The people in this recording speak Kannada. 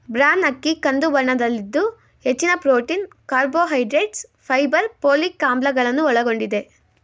ಬ್ರಾನ್ ಅಕ್ಕಿ ಕಂದು ಬಣ್ಣದಲ್ಲಿದ್ದು ಹೆಚ್ಚಿನ ಪ್ರೊಟೀನ್, ಕಾರ್ಬೋಹೈಡ್ರೇಟ್ಸ್, ಫೈಬರ್, ಪೋಲಿಕ್ ಆಮ್ಲಗಳನ್ನು ಒಳಗೊಂಡಿದೆ